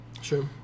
Sure